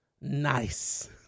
nice